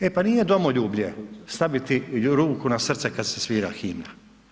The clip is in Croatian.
E pa nije domoljublje staviti ruku na srce kad se svira himna.